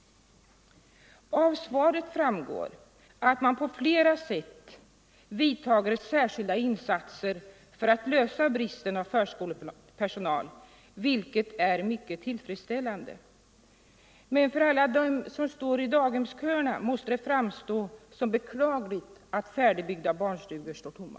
Av svaret framgår att man på flera sätt gör särskilda insatser för att försöka komma till rätta med bristen på förskolepersonal, vilket är mycket tillfredsställande. — Men för alla dem som står i daghemsköerna måste det framstå som beklagligt att färdigbyggda barnstugor står tomma.